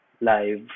live